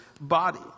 body